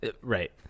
right